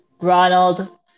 Ronald